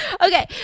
Okay